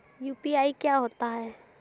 UPI क्या होता है?